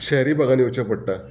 शहरी भागान येवचें पडटा